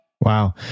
Wow